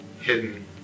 Hidden